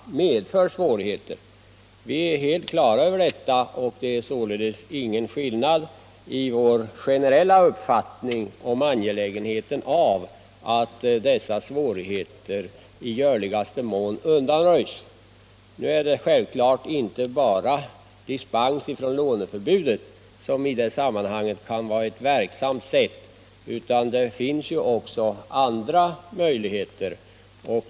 Vi är helt klara över svårigheterna, och det är således ingen skillnad i vår generella uppfattning om angelägenheten av att dessa svårigheter i görligaste mån undanröjs. Nu är det självfallet inte bara dispens från låneförbudet som i det sammanhanget kan vara verksamt, utan det finns också andra möjligheter.